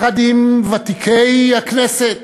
יחד עם ותיקי הכנסת,